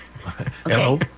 Hello